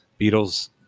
Beatles